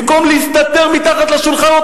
במקום להסתתר מתחת לשולחנות,